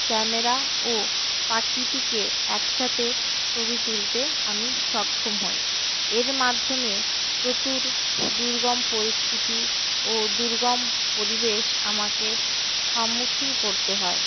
camera ও পাখিটিকে একসাথে ছবি তুলতে আমি সক্ষম হই এর মাধ্যমে প্রচুর দুর্গম পরিস্থিতি ও দুর্গম পরিবেশ আমাকে সম্মুখীন করতে হয়